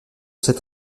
cette